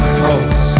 false